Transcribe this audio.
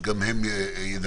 גם הם ידברו.